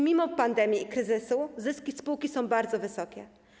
Mimo pandemii i kryzysu zyski spółki są bardzo wysokie.